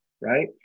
Right